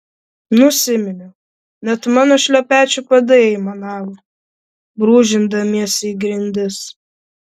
nusiminiau net mano šlepečių padai aimanavo brūžindamiesi į grindis